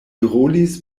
rolis